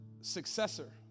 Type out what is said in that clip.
successor